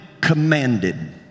commanded